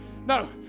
No